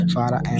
Father